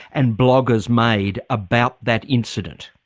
and bloggers made about that incident?